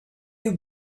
you